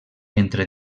entre